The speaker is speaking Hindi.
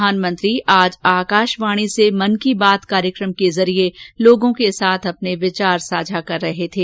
प्रधानमंत्री आज आकाशवाणी से मन की बात कार्यक्रम के जरिये लोगों से अपने विचार साझा कर रहे थे